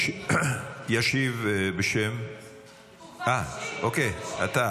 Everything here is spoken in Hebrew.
ישיב, בשם --- הוא כבר השיב, הוא כבר